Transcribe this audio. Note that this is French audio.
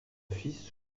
fils